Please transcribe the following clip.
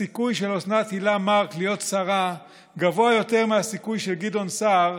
הסיכוי של אוסנת הילה מארק להיות שרה גבוה יותר מהסיכוי של גדעון סער,